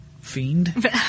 fiend